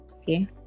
okay